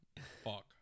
Fuck